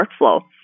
workflow